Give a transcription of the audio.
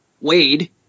Wade